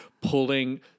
pulling